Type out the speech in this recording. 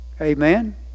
Amen